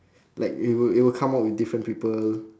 like it would it would come out with different people